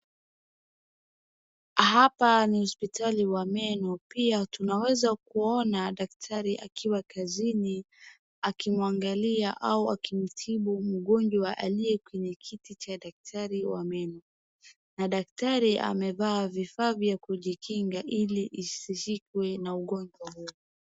Hapa ni hospitali wa meno pia tunaweza kuona dakatari akiwa kazini akimwangalia au akimtibu mgonjwa aliye kwenye kiti cha dakatari wa meno. Na adaktari amevaa vifaa vya kujikinga ili isishikwe na ugonjwa huo.